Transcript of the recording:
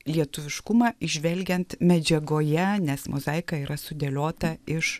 lietuviškumą įžvelgiant medžiagoje nes mozaika yra sudėliota iš